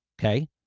okay